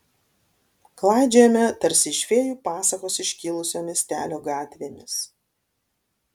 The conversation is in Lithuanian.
klaidžiojame tarsi iš fėjų pasakos iškilusio miestelio gatvėmis